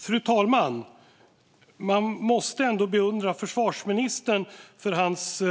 Fru talman! Jag måste ändå beundra försvarsministern för hans